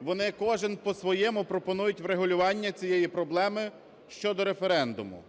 Вони кожен по-своєму пропонують врегулювання цієї проблеми щодо референдуму.